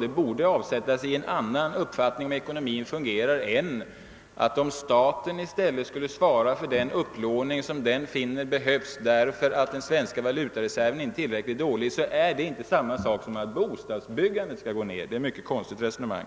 Det borde dock då ha visat sig i en annan uppfattning om hur ekonomin fungerar. Han sade nämligen att om staten i stället skulle svara för den upplåning som den finner behövlig, därför att den svenska valutareserven inte är tillräckligt hög, är detta samma sak som att bostadsbyggandet sjunker. Detta är ett mycket konstigt resonemang.